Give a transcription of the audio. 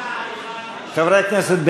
חברי הכנסת,